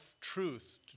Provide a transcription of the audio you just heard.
truth